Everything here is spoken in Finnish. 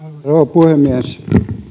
puhemies